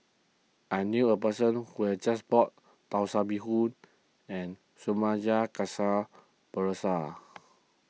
I knew a person who has just bought Tan and